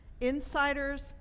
insiders